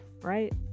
right